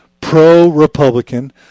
pro-Republican